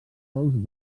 sols